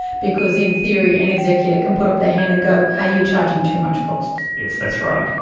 because in theory an executor can put up their hand and go, hey, you're charging too much costs. yes, that's right.